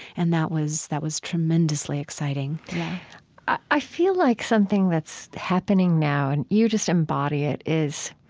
and that was that was tremendously exciting i feel like something that's happening now and you just embody it is